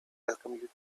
welcome